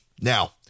Now